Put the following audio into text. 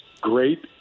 great